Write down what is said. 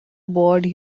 board